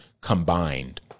combined